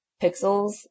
pixels